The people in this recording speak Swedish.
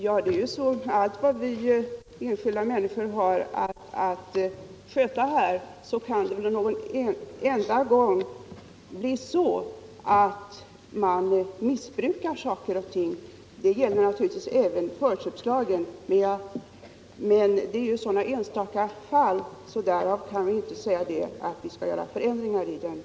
Ja, allt vad vi människor har att sköta kan någon enstaka gång medföra att saker och ting missbrukas. Det gäller självfallet även förköpslagen, men vi kan ju inte för den skull säga att vi skall göra förändringar i lagen.